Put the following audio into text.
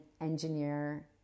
engineer